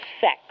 sex